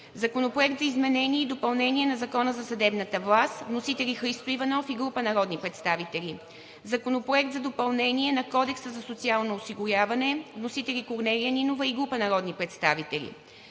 Законопроект за изменение и допълнение на Закона за съдебната властта. Вносители – Христо Иванов и група народни представители. Законопроект за допълнение на Кодекса за социално осигуряване. Вносители – Корнелия Нинова и група народни представители.